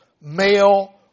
male